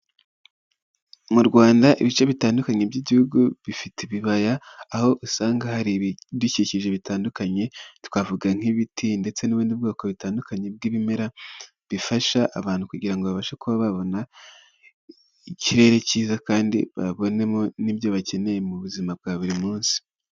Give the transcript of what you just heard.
Mu Rwanda, ibice bitandukanye by'igihugu bifite ibibaya aho usanga hari ibidukikije bitandukanye, twavuga nk'ibiti ndetse n'ubundi bwoko butandukanye bw'ibimera, bifasha abantu kugira babashe kuba babona ikirere cyiza kandi babonemo n'ibyo bakeneye mu buzima bwa buri munsi.